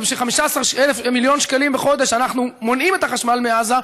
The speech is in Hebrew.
ובשביל 15 מיליון שקלים בחודש אנחנו מונעים את החשמל מעזה,